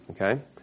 okay